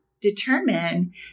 determine